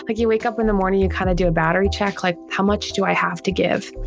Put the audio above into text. like you wake up in the morning. you kind of do a battery check. like, how much do i have to give?